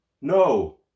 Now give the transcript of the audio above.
No